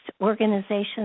organizations